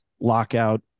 lockout